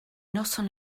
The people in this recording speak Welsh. noson